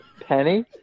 Penny